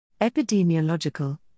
Epidemiological